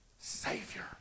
Savior